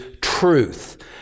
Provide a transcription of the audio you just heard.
truth